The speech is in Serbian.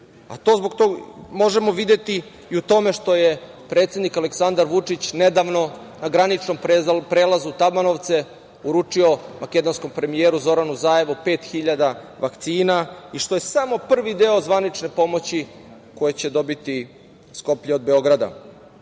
a to možemo videti i u tome što je predsednik Aleksandar Vučić nedavno na graničnom prelazu Tabanovce uručio makedonskom premijeru Zoranu Zaevu 5.000 vakcina i što je samo prvi deo zvanične pomoći koju će dobiti Skoplje od Beograda. Naravno,